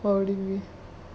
what would it be